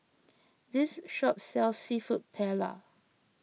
this shop sells Seafood Paella